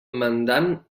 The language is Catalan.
mandant